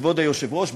כבוד היושב-ראש,